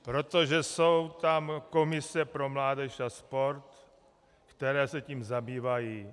Protože jsou tam komise pro mládež a sport, které se tím zabývají.